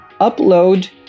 upload